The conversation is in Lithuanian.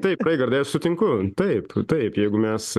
taip raigardai aš sutinku taip taip jeigu mes